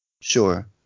Sure